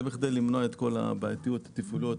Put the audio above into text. זה כדי למנוע את כל הבעייתיות התפעוליות,